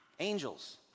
Angels